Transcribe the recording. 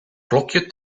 klokje